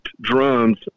drums